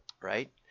right